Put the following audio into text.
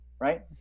right